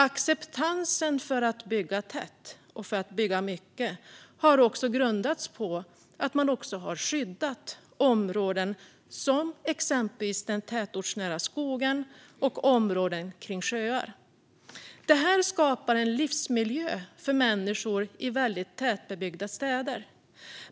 Acceptansen för att bygga tätt och mycket har också grundats på att man har skyddat områden som exempelvis den tätortsnära skogen och områden kring sjöar. Det här skapar en livsmiljö för människor i väldigt tätbebyggda städer.